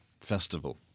festival